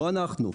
לא אנחנו.